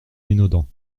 minaudant